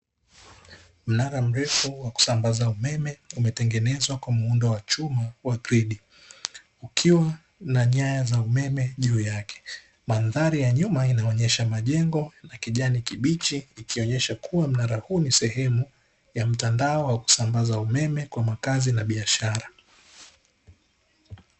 Mnara mrefu wa umeme uliotengezwa kwa muundo wa chuma wa gridi kukiwa na nyaya za umeme juu yake, madhari ya nyuma ikionyesha majengo ya kijani kibichi, mnara huu ni sehemu kuwa mtandao wa kusambaza umeme na biashara.